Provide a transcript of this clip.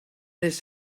his